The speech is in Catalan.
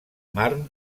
marne